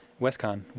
WestCon